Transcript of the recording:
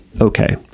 Okay